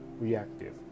reactive